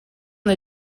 the